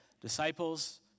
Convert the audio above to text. Disciples